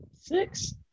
Six